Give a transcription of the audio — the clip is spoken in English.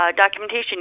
documentation